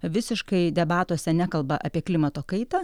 visiškai debatuose nekalba apie klimato kaitą